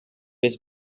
was